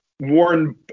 Warren